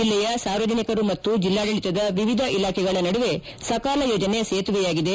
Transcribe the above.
ಜಿಲ್ಲೆಯ ಸಾರ್ವಜನಿಕರು ಮತ್ತು ಜಿಲ್ಲಾಡಳತದ ವಿವಿಧ ಇಲಾಖೆಗಳ ನಡುವೆ ಸಕಾಲ ಯೋಜನೆ ಸೇತುವೆಯಾಗಿದೆ